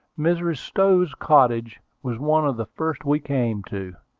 mrs. stowe's cottage was one of the first we came to.